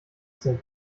sind